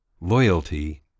loyalty